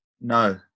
No